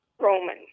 Roman